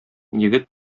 егет